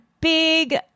big